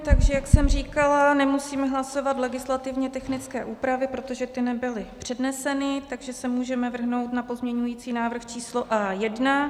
Takže jak jsem říkala, nemusíme hlasovat legislativně technické úpravy, protože ty nebyly předneseny, takže se můžeme vrhnout na pozměňovací návrh číslo A1.